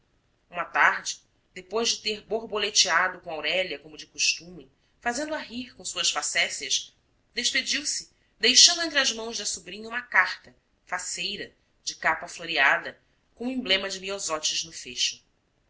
uma tarde depois de ter borboleteado com aurélia como de costume fazendo-a rir com suas facécias despediu-se deixando entre as mãos da sobrinha uma carta faceira de capa floreada com emblema de miosótis no fecho